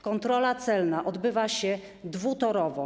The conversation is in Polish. Kontrola celna odbywa się dwutorowo.